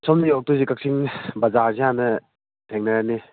ꯁꯣꯝꯅ ꯌꯧꯔꯛꯇꯣꯏꯁꯤ ꯀꯛꯆꯤꯡ ꯕꯖꯥꯔꯁꯤ ꯍꯥꯟꯅ ꯊꯦꯡꯅꯔꯅꯤ